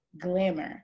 Glamour